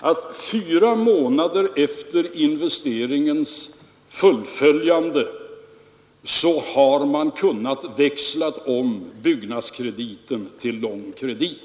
att man fyra månader efter investeringens 24 maj 1973 fullföljande har kunnat växla om ”byggnadskrediten” till lång kredit.